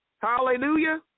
Hallelujah